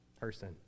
person